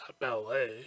ballet